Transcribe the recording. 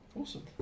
awesome